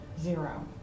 zero